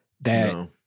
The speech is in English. that-